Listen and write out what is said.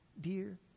dear